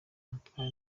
antoine